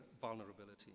vulnerability